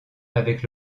avec